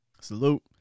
Salute